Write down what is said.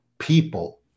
people